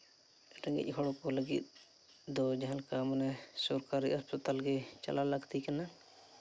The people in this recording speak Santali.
ᱨᱮᱸᱜᱮᱡ ᱦᱚᱲ ᱠᱚ ᱞᱟᱹᱜᱤᱫ ᱫᱚ ᱡᱟᱦᱟᱸ ᱞᱮᱠᱟ ᱢᱟᱱᱮ ᱥᱚᱨᱠᱟᱨᱤ ᱦᱟᱥᱯᱟᱛᱟᱞ ᱜᱮ ᱪᱟᱞᱟᱣ ᱞᱟᱹᱠᱛᱤ ᱠᱟᱱᱟ